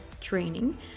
training